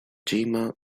cima